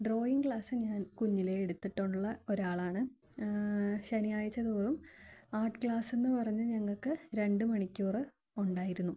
drawing class ഞാൻ കുഞ്ഞിലെ എടുത്തിട്ടുള്ള ഒരാളാണ് ശനിയാഴ്ച്ച തോറും ആർട്ട് ക്ലാസ്സ് എന്ന് പറഞ്ഞ് ഞങ്ങൾക്ക് രണ്ട് മണിക്കൂറ് ഉണ്ടായിരുന്നു